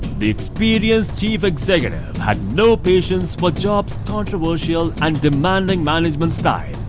the experienced chief executive had no patience for jobs' controversial and demanding management style.